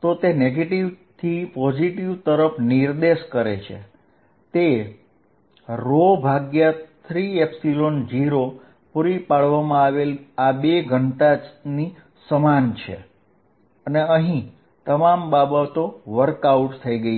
તો તે નેગેટીવ થી પોઝિટિવ તરફ નિર્દેશ કરે છે તે 30 પૂરી પાડવામાં આવેલ આ બે ઘનતા સમાન છે અને અહીં તમામ બાબતો વર્ક આઉટ થઈ છે